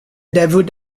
debut